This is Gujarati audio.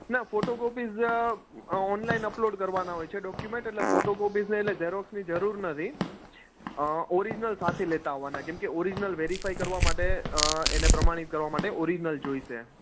ના ફોટોકૉપીસ ઓનલાઇન અપલોડ કરવાના હોય છે ડોકયુમેંટ એટલે ફોટોકૉપીઝને એટલે ઝેરોક્ષની જરૂર નથી ઓરીજનલ સાથે લેતા આવવાનાં કેમ કે ઓરીજનલ વેરીફાઈ કરવા માટે એને પ્રમાણિત કરવા માટે ઓરીજનલ જોઈશે